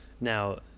now